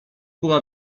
była